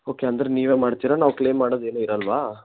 okay ಅಂದರೆ ನೀವೇ ಮಾಡ್ತೀರಾ ನಾವು ಕ್ಲೇಮ್ ಮಾಡೋದು ಏನು ಇರಲ್ವ